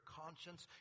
conscience